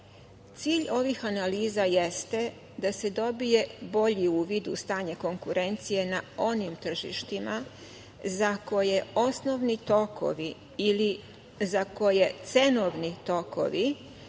ovih analiza jeste da se dobije bolji uvid u stanje konkurencije na onim tržištima za koje osnovni tokovi ili za koje cenovni tokovi